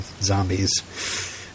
zombies